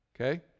Okay